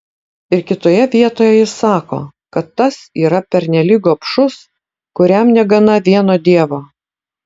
ir kitoje vietoje jis sako kad tas yra pernelyg gobšus kuriam negana vieno dievo